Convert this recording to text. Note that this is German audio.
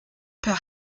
per